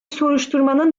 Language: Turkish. soruşturmanın